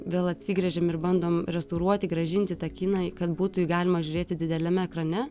vėl atsigręžiam ir bandom restauruoti grąžinti tą kiną kad būtų jį galima žiūrėti dideliame ekrane